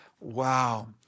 wow